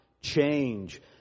change